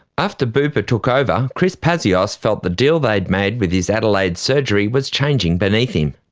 after bupa took over, chris pazios felt the deal they'd made with his adelaide surgery was changing beneath him.